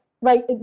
right